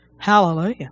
hallelujah